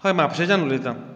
हय म्हापशेच्यान उलयतां